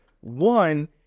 One